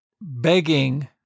begging